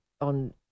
on